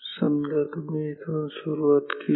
समजा तुम्ही इथून सुरुवात केली